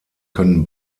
können